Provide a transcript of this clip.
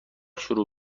شروع